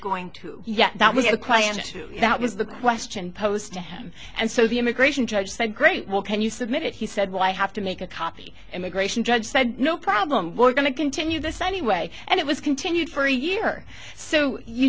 going to yes that was your client that was the question posed to him and so the immigration judge said great well can you submit it he said well i have to make a copy immigration judge said no problem we're going to continue this anyway and it was continued for a year so you